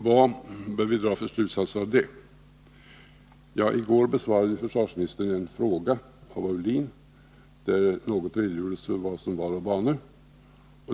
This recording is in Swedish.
Vad bör vi dra för slutsatser? Ja, i går besvarade försvarsministern en fråga av Olle Aulin, varvid något redogjordes för vad som var å bane.